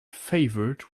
favored